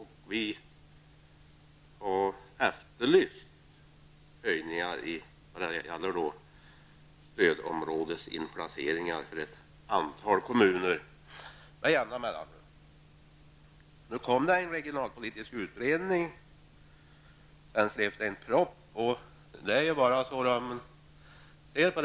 Med jämna mellanrum har höjningar efterlysts vad gäller stödområdesinplaceringar för ett antal kommuner. Det har också gjorts en regionalpolitisk utredning. Vidare har en proposition i sammanhanget skrivits.